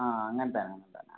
ആ അങ്ങനത്തെ അങ്ങനെത്തന്നെ